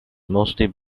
mostly